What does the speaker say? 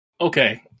Okay